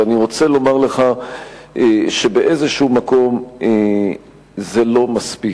אבל אני רוצה לומר לך שבאיזה מקום זה לא מספיק.